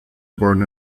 born